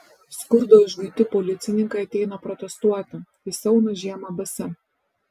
skurdo išguiti policininkai ateina protestuoti išsiauna žiemą basi